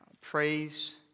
praise